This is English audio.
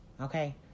okay